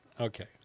Okay